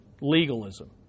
Legalism